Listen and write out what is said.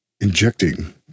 injecting